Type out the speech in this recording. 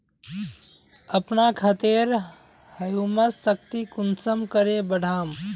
अपना खेतेर ह्यूमस शक्ति कुंसम करे बढ़ाम?